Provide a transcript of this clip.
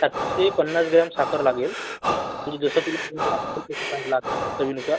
सातशे पन्नास ग्रॅम साखर लागेल म्हणजे जसं तुला चवीनुसार